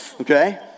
okay